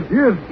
yes